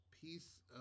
piece